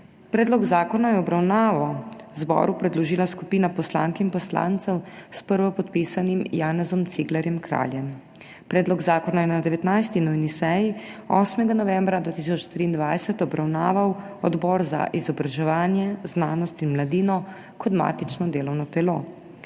Predlog zakona je v obravnavo zboru predložila skupina poslank in poslancev s prvopodpisanim Janezom Ciglerjem Kraljem. Predlog zakona je na 19. nujni seji, 8. novembra 2023, obravnaval Odbor za izobraževanje, znanost in mladino kot matično delovno telo.